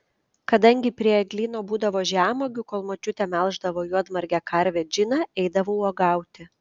kadangi prie eglyno būdavo žemuogių kol močiutė melždavo juodmargę karvę džiną eidavau uogauti